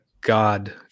God